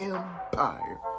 Empire